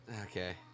okay